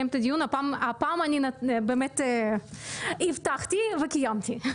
הפעם אני באמת הבטחתי וקיימתי.